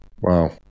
wow